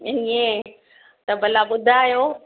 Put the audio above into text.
ईअं त भला ॿुधायो